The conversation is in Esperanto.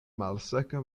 malseka